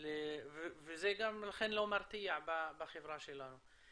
לכן זה גם לא מרתיע בחברה שלנו.